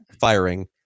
firing